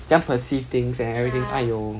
怎样 perceive things and everything !aiyo!